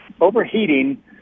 overheating